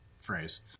phrase